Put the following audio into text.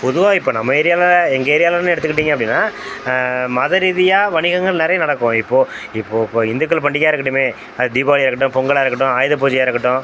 பொதுவாக இப்போ நம்ம ஏரியாவில எங்கள் ஏரியாவிலன்னு எடுத்துக்கிட்டிங்க அப்படின்னா மத ரீதியாக வணிகங்கள் நிறைய நடக்கும் இப்போ இப்போ இப்போ இந்துக்கள் பண்டிகையாக இருக்கட்டுமே அது தீபாளியாக இருக்கட்டும் பொங்கலாக இருக்கட்டும் ஆயுத பூஜையாக இருக்கட்டும்